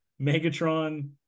Megatron